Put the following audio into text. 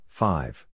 five